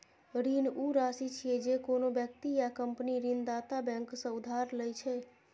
ऋण ऊ राशि छियै, जे कोनो व्यक्ति या कंपनी ऋणदाता बैंक सं उधार लए छै